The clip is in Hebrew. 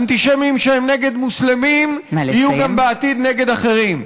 אנטישמים שהם נגד מוסלמים יהיו גם בעתיד נגד אחרים.